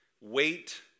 Wait